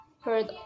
heard